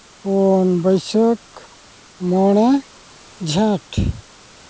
ᱯᱩᱱ ᱵᱟᱹᱭᱥᱟᱹᱠᱷ ᱢᱚᱬᱮ ᱡᱷᱮᱸᱴ